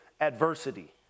adversity